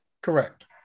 Correct